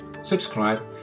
subscribe